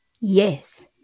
Yes